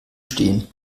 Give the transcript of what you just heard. stehen